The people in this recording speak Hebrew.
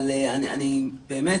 אבל אני באמת